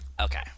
Okay